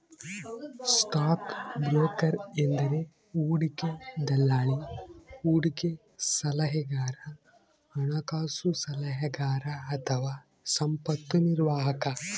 stock broker ಎಂದರೆ ಹೂಡಿಕೆ ದಲ್ಲಾಳಿ, ಹೂಡಿಕೆ ಸಲಹೆಗಾರ, ಹಣಕಾಸು ಸಲಹೆಗಾರ ಅಥವಾ ಸಂಪತ್ತು ನಿರ್ವಾಹಕ